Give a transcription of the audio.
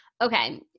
Okay